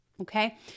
okay